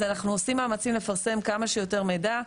אז אנחנו עושים מאמצים לפרסם כמה שיותר מידע,